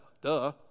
Duh